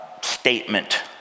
statement